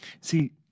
See